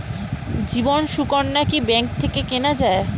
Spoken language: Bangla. জীবন সুকন্যা কি ব্যাংক থেকে কেনা যায়?